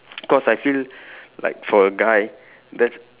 cause I feel like for a guy that's